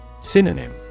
Synonym